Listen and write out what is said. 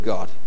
God